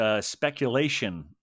speculation